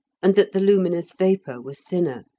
and that the luminous vapour was thinner.